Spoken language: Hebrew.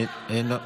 אינו נוכח,